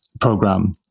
program